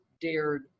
dared